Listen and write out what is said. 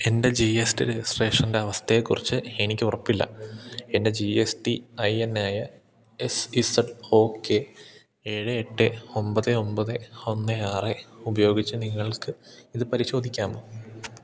എൻ്റെ G S T രജിസ്ട്രേഷൻ്റെ അവസ്ഥയെക്കുറിച്ച് എനിക്ക് ഉറപ്പില്ല എൻ്റെ G S T I N ആയ എസ് ഇസെഡ് ഒ കെ ഏഴ് എട്ട് ഒൻപത് ഒൻപത് ഒന്ന് ആറ് ഉപയോഗിച്ച് നിങ്ങൾക്ക് ഇത് പരിശോധിക്കാമോ